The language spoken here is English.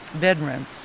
bedroom